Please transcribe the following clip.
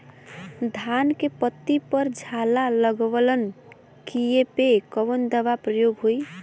धान के पत्ती पर झाला लगववलन कियेपे कवन दवा प्रयोग होई?